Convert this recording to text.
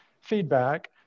feedback